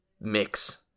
mix